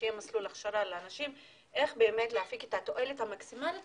שיהיה מסלול הכשרה לאנשים איך להפיק את התועלת המקסימלית